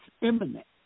imminent